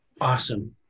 Awesome